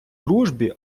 дружбі